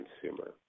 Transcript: consumer